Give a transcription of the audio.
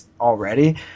already